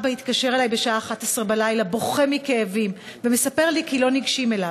אבא התקשר אלי בשעה 23:00 בוכה מכאבים ומספר לי שלא ניגשים אליו.